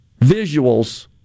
visuals